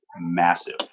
massive